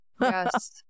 Yes